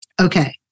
Okay